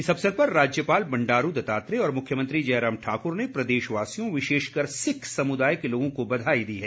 इस अवसर पर राज्यपाल बंडारू दत्तात्रेय और मुख्यमंत्री जयराम ठाकुर ने प्रदेशवासियों विशेषकर सिख समुदाय के लोगों को बधाई दी है